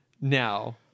now